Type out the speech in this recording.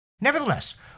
nevertheless